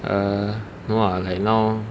err no lah like now